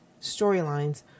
storylines